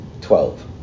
Twelve